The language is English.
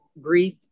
grief